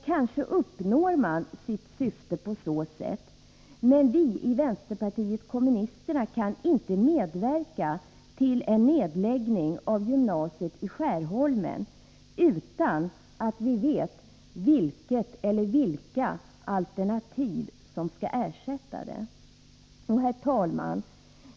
Kanske uppnår man sitt syfte på så sätt. Men vi i vänsterpartiet kommunisterna kan inte medverka till en nedläggning av gymnasiet i Skärholmen utan att vi vet vilka eller vilket alternativ som skall ersätta skolan. Herr talman!